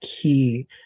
key